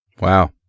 Wow